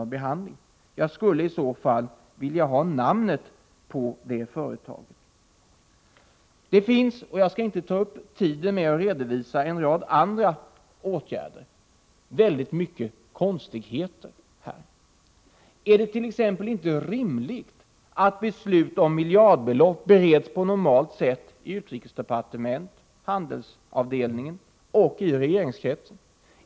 Det finns en rad andra konstigheter i detta ärende, men jag skall inte ta upp tid med att redovisa dem. Men är det t.ex. inte rimligt att beslut om miljardbelopp bereds på normalt sätt av utrikesdepartementets handelsavdelning och i regeringskretsen?